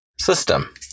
system